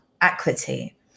equity